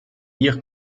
dire